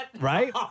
Right